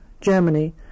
Germany